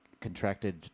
contracted